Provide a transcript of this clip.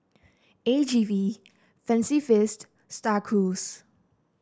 A G V Fancy Feast Star Cruise